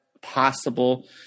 possible